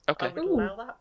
Okay